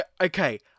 Okay